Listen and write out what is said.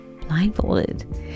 blindfolded